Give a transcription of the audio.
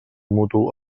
mutu